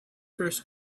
first